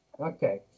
Okay